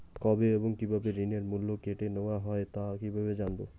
কবে এবং কিভাবে ঋণের মূল্য কেটে নেওয়া হয় তা কিভাবে জানবো?